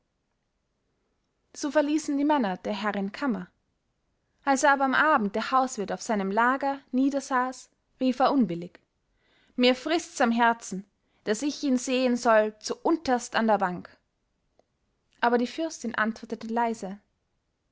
so verließen die männer der herrin kammer als aber am abend der hauswirt auf seinem lager niedersaß rief er unwillig mir frißt's am herzen daß ich ihn sehen soll zuunterst an der bank aber die fürstin antwortete leise